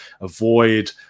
Avoid